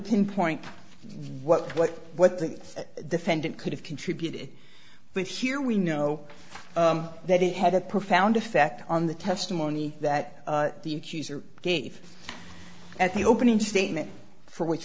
pinpoint what what what the defendant could have contributed but here we know that it had a profound effect on the testimony that the accuser gave at the opening statement for which